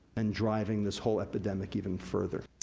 and driving this whole epidemic even further.